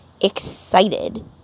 excited